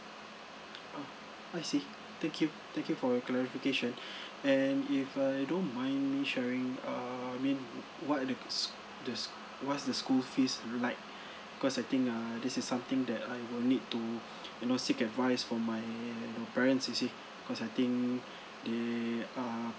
ah I see thank you thank you for your clarification and if uh you don't mind me sharing err I mean what is the the what's the school fees like because I think err this is something that I will need to you know seek advice from my you know parents you see cause I think they are